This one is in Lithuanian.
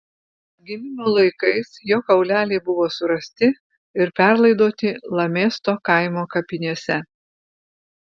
atgimimo laikais jo kauleliai buvo surasti ir perlaidoti lamėsto kaimo kapinėse